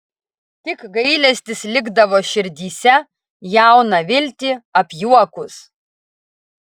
tik gailestis likdavo širdyse jauną viltį apjuokus